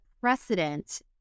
precedent